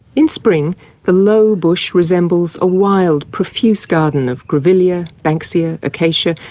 in spring the low bush resembles a wild, profuse garden of grevillea, banksia, acacia,